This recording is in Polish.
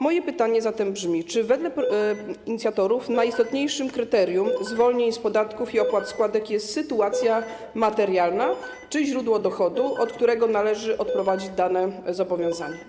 Moje pytanie zatem brzmi: Czy wedle inicjatorów najistotniejszym kryterium zwolnień z podatków i opłat składek jest sytuacja materialna, czy źródło dochodu, od którego należy odprowadzić dane zobowiązania?